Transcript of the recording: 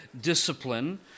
discipline